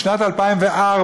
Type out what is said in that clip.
בשנת 2004,